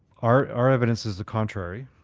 our our evidence is the contrary.